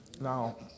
Now